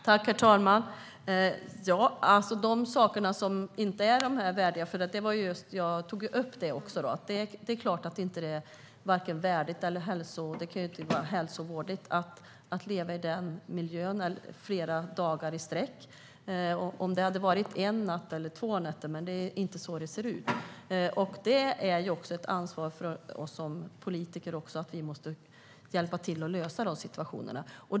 Herr talman! Det är klart att det inte är värdigt och inte heller kan vara hälsosamt att leva i den miljön flera dagar i sträck. Om det hade varit en natt eller två nätter hade det varit en annan sak, men det är inte så det ser ut. Det är ett ansvar för oss som politiker. Vi måste hjälpa till att lösa de situationerna.